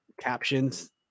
captions